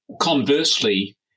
Conversely